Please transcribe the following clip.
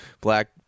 black